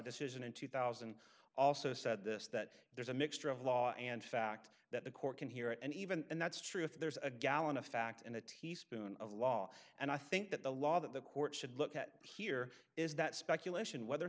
decision in two thousand also said this that there's a mixture of law and fact that the court can hear and even and that's true if there's a gallon of fact in a teaspoon of law and i think that the law that the court should look at here is that speculation whether